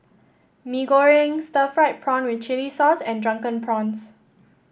Mee Goreng Stir Fried Prawn with Chili Sauce and Drunken Prawns